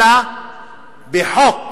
אלא בחוק